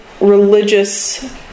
religious